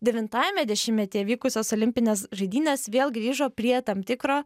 devintajame dešimtmetyje vykusios olimpinės žaidynės vėl grįžo prie tam tikro